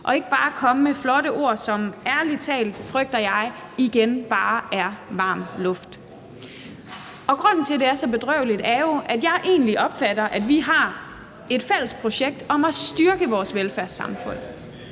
og ikke bare komme med flotte ord, som jeg ærlig talt frygter igen bare er varm luft. Og grunden til, at det er så bedrøveligt, er jo, at jeg egentlig opfatter, at vi har et fælles projekt om at styrke vores velfærdssamfund.